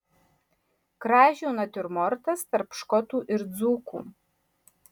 kražių natiurmortas tarp škotų ir dzūkų